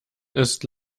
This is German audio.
ist